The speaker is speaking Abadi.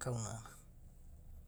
roa’va.